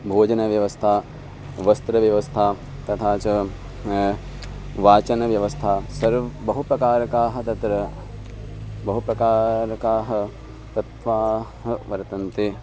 भोजनव्यवस्था वस्त्रव्यवस्था तथा च वाचनव्यवस्था सर्वं बहुप्रकारकाः तत्र बहुप्रकारकाः वर्तन्ते